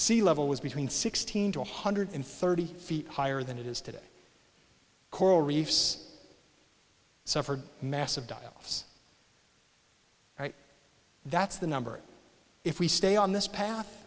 sea level was between sixteen to one hundred thirty feet higher than it is today coral reefs suffered massive dials right that's the number if we stay on this path